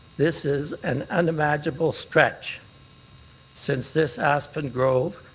this is an unimaginable stretch since this aspen grove,